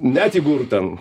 net jeigu ir ten